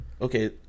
okay